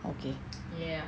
okay